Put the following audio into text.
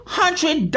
hundred